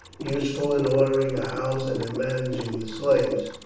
useful in ordering a house and in managing the slaves,